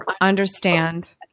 understand